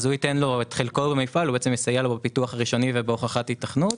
הוא ייתן לו את חלקו במפעל ויסייע לו בפיתוח הראשוני ובהוכחת היתכנות.